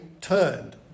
turned